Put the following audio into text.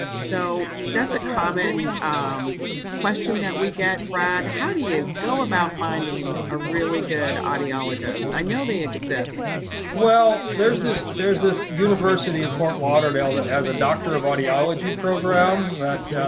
so that's a common question that we get, brad. how do you go about finding a really good audiologist? i know they exist. brad well, there's this there's this university in fort lauderdale that has a doctor of audiology program that